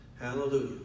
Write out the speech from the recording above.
Hallelujah